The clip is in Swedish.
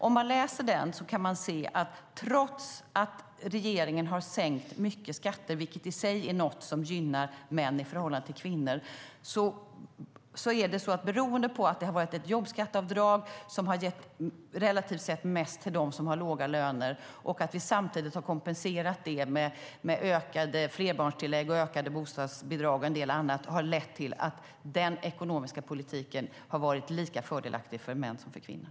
Om man läser den kan man se att trots att regeringen har sänkt mycket skatter, vilket i sig är något som gynnar män i förhållande till kvinnor, har den ekonomiska politiken - beroende på att det har varit ett jobbskatteavdrag som relativt sett har gett mest till dem som har låga löner och att vi samtidigt har kompenserat det med ökade flerbarnstillägg, ökade bostadsbidrag och en del annat - varit lika fördelaktig för män som för kvinnor.